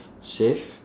save